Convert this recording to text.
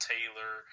Taylor